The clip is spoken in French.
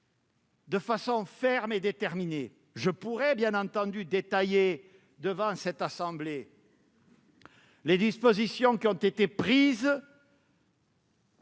de manière ferme et déterminée. Je pourrais évidemment détailler devant la Haute Assemblée les dispositions qui ont été prises